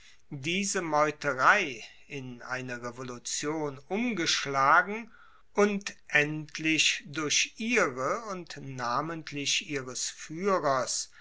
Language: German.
diese meuterei in eine revolution umgeschlagen und endlich durch ihre und namentlich ihres fuehrers